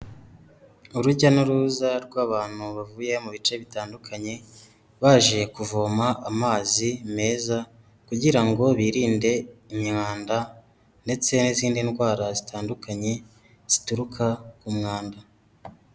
Urujya n'uruza rw'abantu bavuye mu bice bitandukanye baje kuvoma amazi meza kugira ngo birinde imyanda ndetse n'izindi ndwara zitandukanye zituruka ku mwanda.